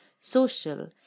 social